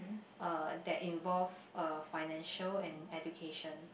uh that involve uh financial and education